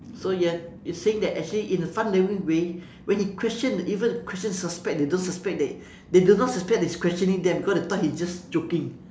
so you're you're saying that actually in a fun loving way when he question even when question suspect they don't suspect that they do not suspect that he's questioning them cause they thought he's just joking